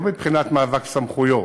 לא מבחינת מאבק סמכויות,